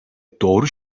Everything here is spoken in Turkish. doğru